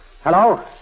Hello